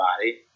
body